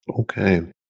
Okay